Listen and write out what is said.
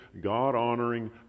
God-honoring